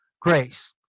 grace